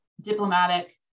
diplomatic